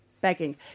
begging